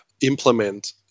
implement